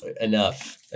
enough